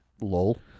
Lol